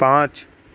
پانچ